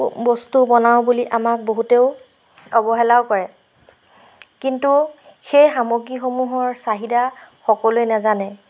প বস্তু বনাওঁ বুলি আমাক বহুতেও অৱহেলাও কৰে কিন্তু সেই সামগ্ৰীসমূহৰ চাহিদা সকলোৱে নেজানে